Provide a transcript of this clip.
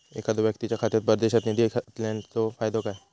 एखादो व्यक्तीच्या खात्यात परदेशात निधी घालन्याचो फायदो काय?